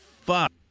fuck